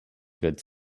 goods